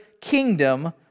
kingdom